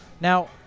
Now